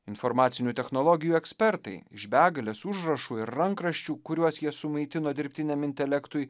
informacinių technologijų ekspertai iš begalės užrašų ir rankraščių kuriuos jie sumaitino dirbtiniam intelektui